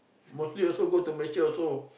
mostly also go to Malaysia also